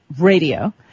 radio